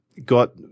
got